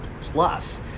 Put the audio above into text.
plus